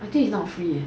I think it's not free eh